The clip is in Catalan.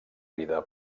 vida